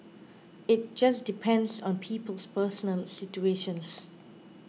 it just depends on people's personal situations